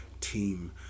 team